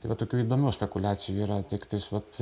tai va tokių įdomių spekuliacijų yra tiktais vat